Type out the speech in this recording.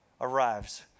arrives